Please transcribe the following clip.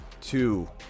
two